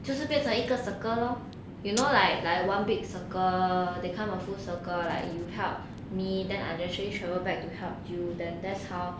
就是变成一个 circle lor you know like like one big circle they come in full circle like you help me then I naturally travel back to help you then that's how